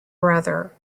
brother